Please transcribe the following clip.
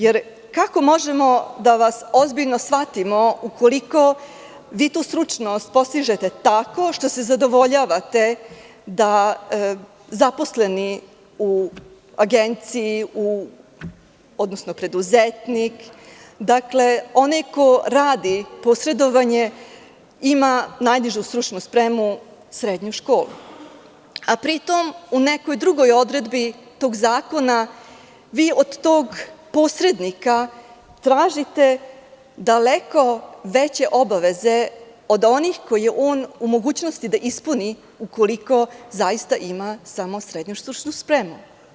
Jer, kako možemo da vas ozbiljno shvatimo ukoliko vi tu stručnost postižete tako što se zadovoljavate time da zaposleni u agenciji, odnosno preduzetnik, onaj ko radi posredovanje, ima najnižu stručnu spremu, srednju školu, a pri tome u nekoj drugoj odredbi tog zakona vi od tog posrednika tražite daleko veće obaveze od onih koje je on u mogućnosti da ispuni, ukoliko zaista ima samo srednju stručnu spremu.